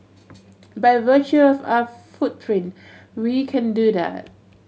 by virtue of our footprint we can do that